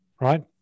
right